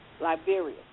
Liberia